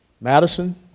Madison